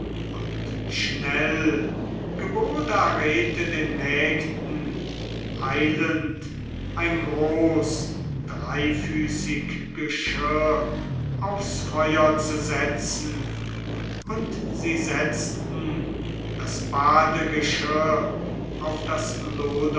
und schnell gebot arete den mägden eilend ein groß dreifüßig geschirr aufs feuer zu setzen und sie setzten das badegeschirr auf das